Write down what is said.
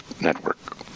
Network